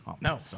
No